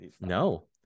No